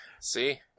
See